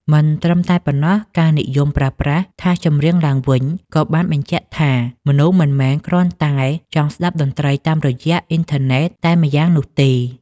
មិនត្រឹមតែប៉ុណ្ណោះ ការនិយមប្រើប្រាស់ថាសចម្រៀងឡើងវិញ ក៏បានសបញ្ជាក់ថា មនុស្សមិនមែនគ្រាន់តែចង់ស្តាប់តន្ត្រីតាមរយៈអ៊ីនធឺណិតតែម្យ៉ាងនោះទេ។